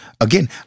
again